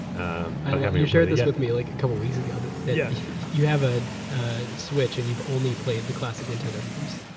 and you shared this with me like a couple of weeks ago that yeah you have a switch and you've only played the classic nintendo games.